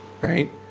right